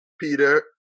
Peter